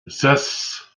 zes